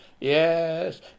Yes